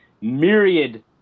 myriad